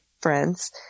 friends